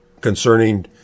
concerning